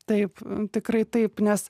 taip tikrai taip nes